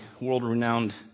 world-renowned